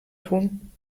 tun